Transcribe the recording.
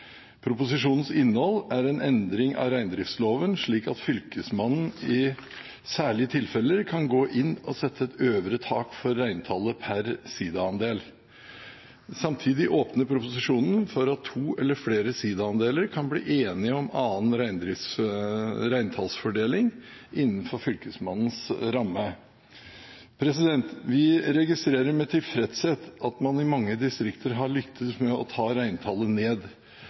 Proposisjonens innhold er en endring av reindriftsloven slik at Fylkesmannen i særlige tilfeller kan gå inn og sette et øvre tak for reintallet per siidaandel. Samtidig åpner proposisjonen for at to eller flere siidaandeler kan bli enige om annen reintallsfordeling innenfor Fylkesmannens ramme. Vi registrerer med tilfredshet at man i mange distrikter har lyktes med å ta reintallet ned